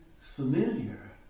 familiar